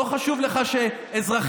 לא חשוב לך שאזרחים,